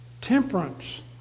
Temperance